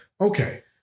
Okay